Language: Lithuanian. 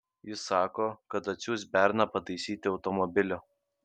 jis sako kad atsiųs berną pataisyti automobilio